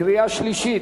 קריאה שלישית.